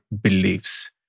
beliefs